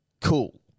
cool